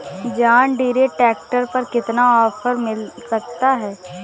John Deere tractor पर कितना offer मिल सकता है?